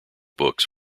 books